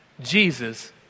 Jesus